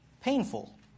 painful